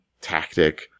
tactic